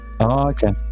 okay